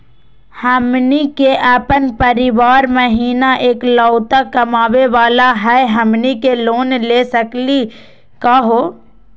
हमनी के अपन परीवार महिना एकलौता कमावे वाला हई, हमनी के लोन ले सकली का हो?